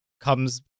comes